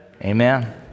amen